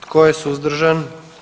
Tko je suzdržan?